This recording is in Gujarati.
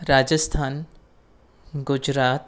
રાજસ્થાન ગુજરાત